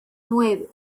nueve